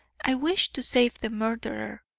i wished to save the murderer,